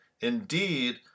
Indeed